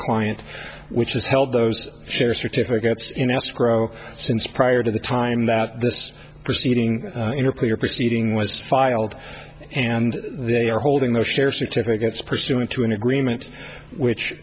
client which has held those shares certificates in escrow since prior to the time that this proceeding or player proceeding was filed and they are holding their share certificates pursuant to an agreement which